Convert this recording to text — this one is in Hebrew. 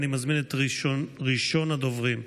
אני מזמין את ראשון הדוברים,